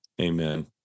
Amen